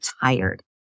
tired